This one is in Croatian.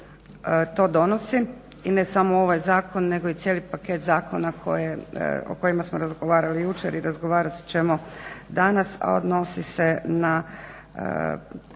to donosi i ne samo ovaj zakon nego i cijeli paket zakona o kojima smo razgovarali jučer i razgovarat ćemo danas, a odnosi se na